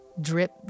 drip